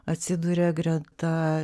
atsiduria greta